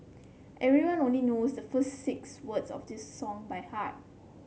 everyone only knows the first six words of this song by heart